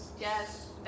Yes